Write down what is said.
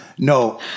No